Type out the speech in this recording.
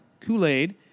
Kool-Aid